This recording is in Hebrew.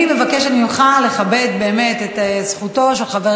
אני מבקשת ממך לכבד באמת את זכותו של חבר